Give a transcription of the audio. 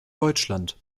deutschland